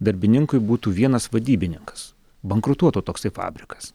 darbininkui būtų vienas vadybininkas bankrutuotų toksai fabrikas